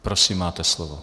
Prosím, máte slovo.